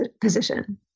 position